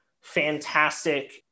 fantastic